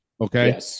Okay